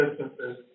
businesses